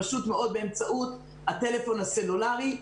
פשוט באמצעות הטלפון הסלולארי.